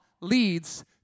leads